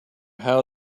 how